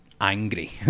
Angry